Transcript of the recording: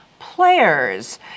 players